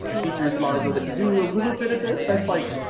you know features module that can do a little bit of this that's, like,